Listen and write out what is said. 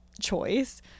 choice